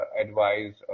advise